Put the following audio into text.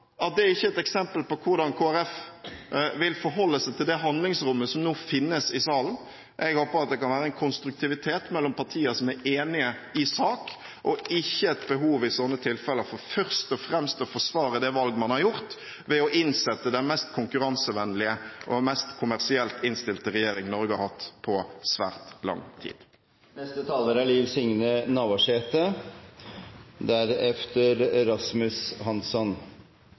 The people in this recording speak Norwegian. at det ikke er et eksempel på hvordan Kristelig Folkeparti vil forholde seg til det handlingsrommet som nå finnes i salen. Jeg håper at det kan være en konstruktivitet mellom partier som er enige i sak, og ikke et behov i sånne tilfeller for først og fremst å forsvare det valg man har gjort ved å innsette den mest konkurransevennlige og mest kommersielt innstilte regjering Norge har hatt på svært lang tid.